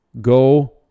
go